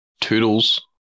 toodles